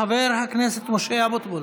חבר הכנסת משה אבוטבול.